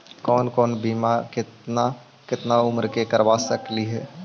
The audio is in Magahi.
कौन कौन बिमा केतना केतना उम्र मे करबा सकली हे?